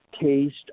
taste